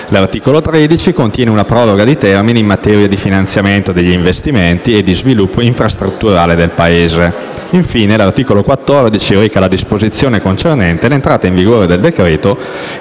L'articolo 13 contiene una proroga di termini in materia di finanziamento degli investimenti e di sviluppo infrastrutturale del Paese. Infine, l'articolo 14 reca la disposizione concernente l'entrata in vigore del decreto